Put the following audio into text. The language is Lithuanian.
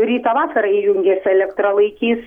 rytą vakarą įjungęs elektrą laikys